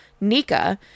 Nika